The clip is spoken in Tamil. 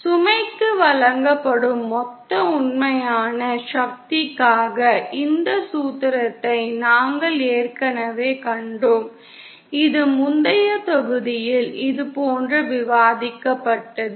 சுமைக்கு வழங்கப்படும் மொத்த உண்மையான சக்திக்காக இந்த சூத்திரத்தை நாங்கள் ஏற்கனவே கண்டோம் இது முந்தைய தொகுதியில் இது போன்ற விவாதிக்கப்பட்டது